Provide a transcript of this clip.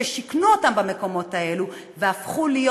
ששיכנו אותם במקומות האלה והפכו להיות